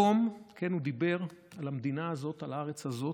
הוא דיבר על המדינה הזאת, על הארץ הזאת: